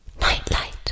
Nightlight